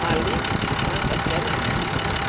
ऑली मां थकियलु आहियां